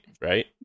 right